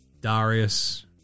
Darius